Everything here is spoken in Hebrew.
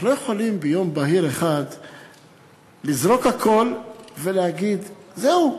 אנחנו לא יכולים ביום בהיר אחד לזרוק הכול ולהגיד: זהו,